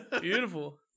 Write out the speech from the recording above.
beautiful